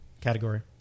category